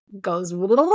goes